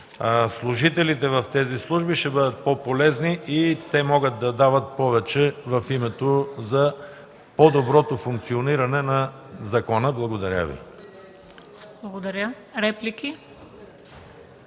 служителите в тези служби ще бъдат по-полезни и ще могат да дават повече за по-доброто функциониране на закона. Благодаря Ви.